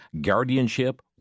guardianship